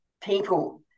people